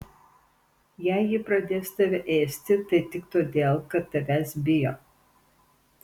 jei ji pradės tave ėsti tai tik todėl kad tavęs bijo